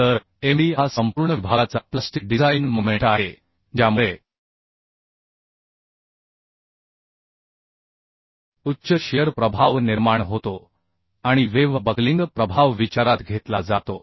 तर Md हा संपूर्ण विभागाचा प्लास्टिक डिझाइन मोमेंट आहे ज्यामुळे उच्च शिअर प्रभाव निर्माण होतो आणि वेव्ह बकलिंग प्रभाव विचारात घेतला जातो